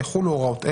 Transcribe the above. יחולו הוראות אלה:".